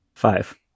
Five